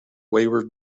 wayward